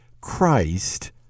Christ